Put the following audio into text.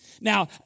Now